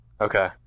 Okay